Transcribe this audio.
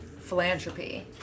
philanthropy